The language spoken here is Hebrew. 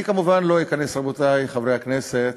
אני כמובן לא אכנס, רבותי חברי הכנסת,